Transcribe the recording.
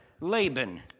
Laban